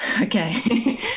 okay